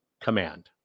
Command